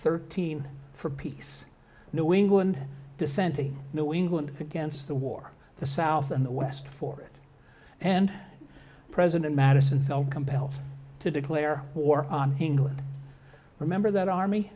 thirteen for peace new england descent to new england against the war the south and the west for it and president madison felt compelled to declare war on england remember that army